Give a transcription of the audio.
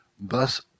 thus